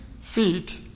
feet